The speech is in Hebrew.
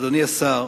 אדוני השר,